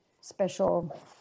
special